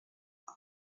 they